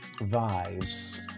vibes